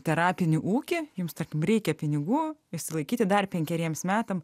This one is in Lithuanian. terapinį ūkį jums reikia pinigų išsilaikyti dar penkeriems metams